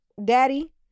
daddy